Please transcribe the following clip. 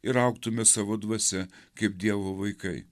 ir augtume savo dvasia kaip dievo vaikai